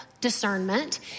discernment